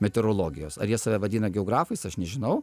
meteorologijos ar jie save vadina geografais aš nežinau